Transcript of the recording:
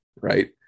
right